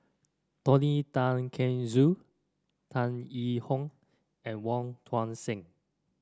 Tony Tan Keng Joo Tan Yee Hong and Wong Tuang Seng